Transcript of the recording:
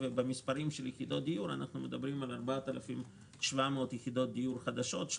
ובמספרים של יחידות דיור אנחנו מדברים על 4,700 יחידות דיור חדשות,